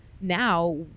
now